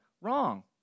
Wrong